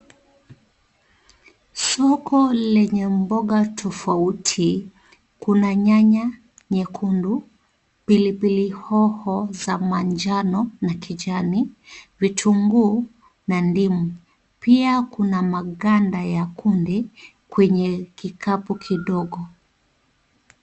Soko lenye mboga tofauti, kuna nyanya nyekundu, pilipili hoho za manjano na kijani, vitunguu na ndimu, pia kuna maganda ya kunde kwenye kikapu kidogo.